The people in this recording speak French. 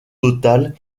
totale